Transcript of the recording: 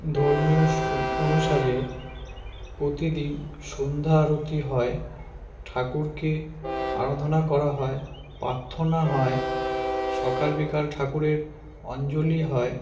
ধর্মীয় স অনুসারে প্রতিদিন সন্ধ্যা আরতি হয় ঠাকুরকে আরাধনা করা হয় প্রার্থনা হয় সকাল বিকাল ঠাকুরের অঞ্জলি হয়